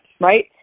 Right